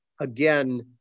again